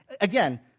again